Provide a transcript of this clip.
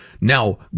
Now